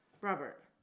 Robert